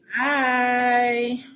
Bye